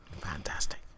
fantastic